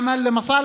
כן, אנו פועלים למען